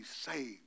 saved